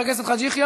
חבר הכנסת חאג' יחיא,